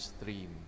stream